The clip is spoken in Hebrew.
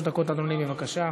שלוש דקות, אדוני, בבקשה.